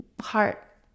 heart